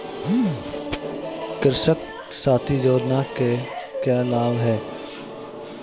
कृषक साथी योजना के क्या लाभ हैं?